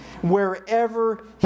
wherever